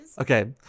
Okay